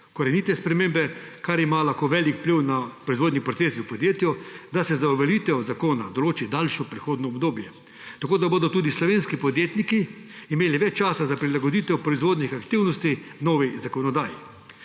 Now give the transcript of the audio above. korenite spremembe, kar ima lahko velik vpliv na proizvodni proces v podjetju, da se za uveljavitev zakona določi daljšo prehodno obdobje. Tako bodo tudi slovenski podjetniki imeli več časa za prilagoditev proizvodnih aktivnosti novi zakonodaji.